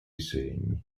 segni